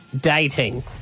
dating